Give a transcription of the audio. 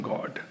God